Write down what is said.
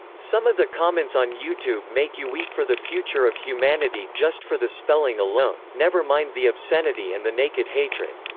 some of the comments on youtube make you weep for the future of humanity just for the spelling alone, never mind the obscenity and the naked hatred.